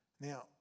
Now